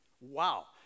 Wow